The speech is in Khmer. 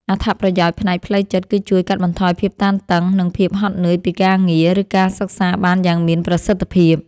អត្ថប្រយោជន៍ផ្នែកផ្លូវចិត្តគឺជួយកាត់បន្ថយភាពតានតឹង និងភាពហត់នឿយពីការងារ ឬការសិក្សាបានយ៉ាងមានប្រសិទ្ធភាព។